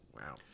wow